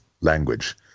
language